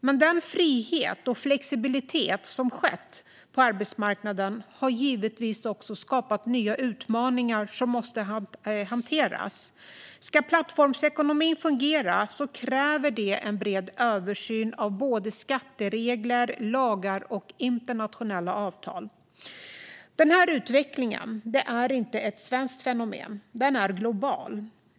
Men den frihet och flexibilitet som uppstått på arbetsmarknaden har givetvis också skapat nya utmaningar som måste hanteras. Ska plattformsekonomin fungera krävs det en bred översyn av både skatteregler, lagar och internationella avtal. Denna utveckling är inte ett svenskt fenomen, utan den är global.